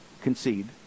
concede